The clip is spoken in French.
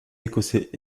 écossais